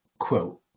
quote